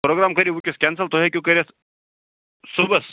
programme کٔرِو ؤنکٮ۪س cancel تُہۍ ہیٚکِوٗ کٔرِتھ صُبحَس